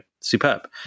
superb